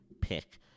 pick